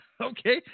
Okay